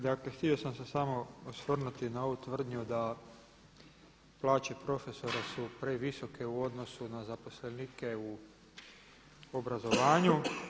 Dakle, htio sam se samo osvrnuti na ovu tvrdnju da plaće profesora su previsoke u odnosu na zaposlenike u obrazovanju.